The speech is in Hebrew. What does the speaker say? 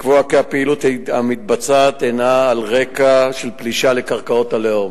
לקבוע כי הפעילות המתבצעת הינה על רקע של פלישה לקרקעות הלאום.